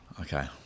okay